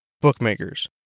bookmakers